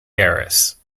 heiress